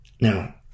Now